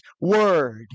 word